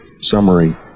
summary